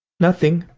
nothing.